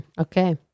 Okay